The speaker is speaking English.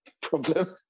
problem